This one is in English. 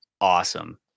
awesome